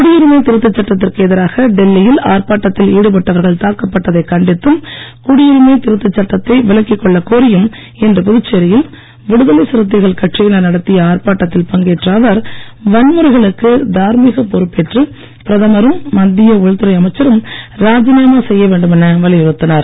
குடியுரிமை திருத்த சட்டத்திற்கு எதிராக டெல்லி யில் ஆர்ப்பாட்டத்தில் ஈடுபட்டவர்கள் தாக்கப்பட்டதைக் கண்டித்தும் குடியுரிமை திருத்த சட்டத்தை விலக்கிக் கொள்ளக் கோரியும் இன்று புதுச்சேரி யில் விடுதலை சிறுத்தைகள் கட்சியினர் நடக்கிய ஆர்ப்பாட்டத்தில் பங்கேற்ற அவர் வன்முறைகளுக்கு தார்மீகப் பொறுப்பேற்று பிரதமரும் மத்திய உள்துறை அமைச்சரும் ராஜிநாமா செய்யவேண்டுமென வலியுறுத்தினார்